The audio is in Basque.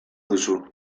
duzu